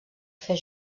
fer